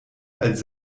als